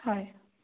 হয়